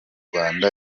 rwanda